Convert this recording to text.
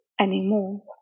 anymore